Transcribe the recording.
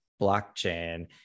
blockchain